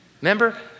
Remember